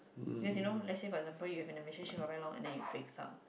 because you know let's say for example you have been a relationship for very long and then you breaks up